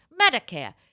Medicare